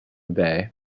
bay